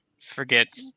forget